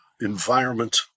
environment